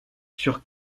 sur